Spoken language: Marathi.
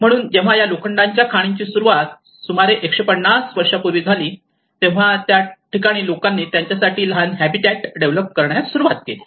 म्हणून जेव्हा या लोखंडाच्या खाणीची सुरुवात 150 वर्षापूर्वी झाली तेव्हा त्या ठिकाणी लोकांनी त्यांच्यासाठी लहान हॅबिटॅट डेव्हलप करण्यास सुरवात केली